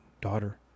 daughter